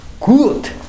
good